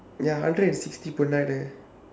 ya hundred and sixty per night eh